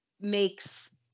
makes